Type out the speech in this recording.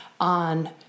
on